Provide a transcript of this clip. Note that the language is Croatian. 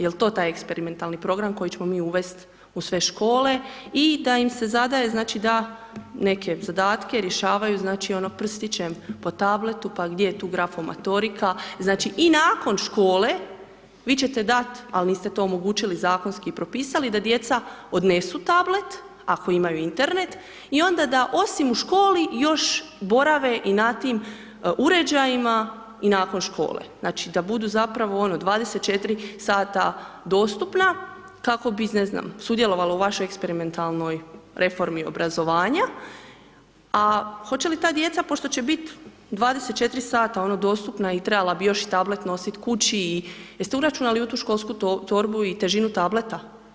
Jel to taj eksperimentalni program koji ćemo mi uvest u sve škole i da im se zadaje da neke zadatke rješavaju, znači ono prstićem po tabletu, pa gdje je tu grafomotorika, znači i nakon škole, vi ćete dat, ali niste to omogućili, zakonski propisali da djeca odnesu tablet ako imaju Internet i onda da osim u školi, još borave i na tim uređajima i nakon škole, znači da budu zapravo, ono 24 sata dostupna, kako bi, ne znam, sudjelovala u vašoj eksperimentalnoj reformi obrazovanja, a hoće li ta djeca, pošto će bit 24 sata, ono, dostupna i trebala bi još i tablet nosit kući i jeste uračunali u tu školsku torbu i težinu tableta?